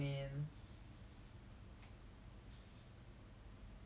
apparently he charge his friends one dollar for maggie mee for cooking maggie mee for them